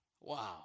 Wow